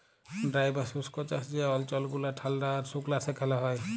dry বা শুস্ক চাষ যে অল্চল গুলা ঠাল্ডা আর সুকলা সেখালে হ্যয়